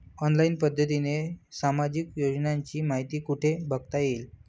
Online पद्धतीने सामाजिक योजनांची माहिती कुठे बघता येईल?